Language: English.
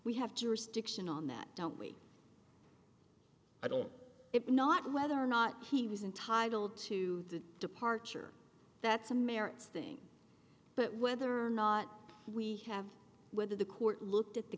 we have jurisdiction on that don't we i don't not know whether or not he was entitled to the departure that's a merits thing but whether or not we have whether the court looked at the